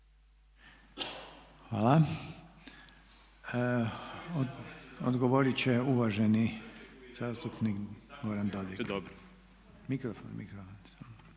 Hvala. Odgovorit će uvaženi zastupnik Goran Marić. **Marić, Goran